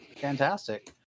fantastic